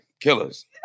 killers